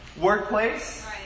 workplace